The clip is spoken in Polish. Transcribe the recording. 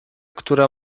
które